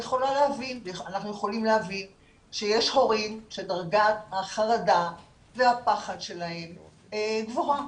אנחנו יכולים להבין שיש הורים שדרגת החרדה והפחד שלהם גבוהה,